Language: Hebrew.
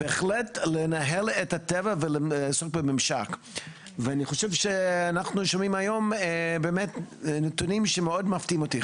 אני חושב שאנחנו שומעים היום באמת נתונים שמאוד מפתיעים אותי.